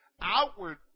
Outward